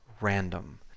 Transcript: random